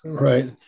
Right